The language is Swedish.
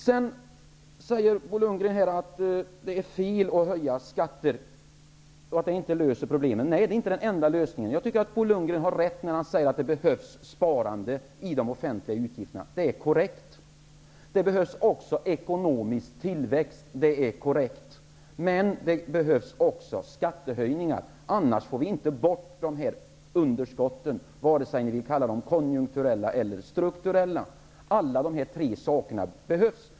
Bo Lundgren säger att det är fel att höja skatter och att det inte löser problemen. Nej, det är inte den enda lösningen. Jag tycker att Bo Lundgren har rätt när han säger att det behövs ett sparande i det offentliga utgifterna. Det är också korrekt att det behövs ekonomisk tillväxt. Men det behövs också skattehöjningar. Annars får vi inte bort underskotten, vare sig vi kallar dem konjunkturella eller strukturella. Alla dessa tre inslag behövs.